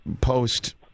post